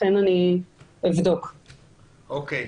תודה.